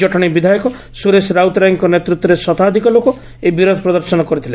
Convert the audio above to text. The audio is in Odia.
ଜଟଣୀ ବିଧାୟକ ସୁରେଶ ରାଉତରାୟଙ୍ଙ ନେତୃତ୍ୱରେ ଶତାଧିକ ଲୋକ ଏହି ବିରୋଧ ପ୍ରଦର୍ଶନ କରିଥିଲେ